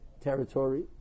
territory